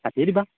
কাটিয়ে দিবা